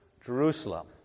Jerusalem